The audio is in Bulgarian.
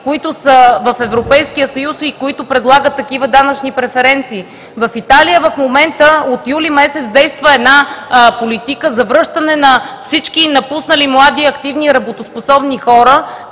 които са в Европейския съюз и предлагат такива данъчни преференции. В Италия в момента от юли месец действа една политика за връщане на всички напуснали млади, активни и работоспособни хора,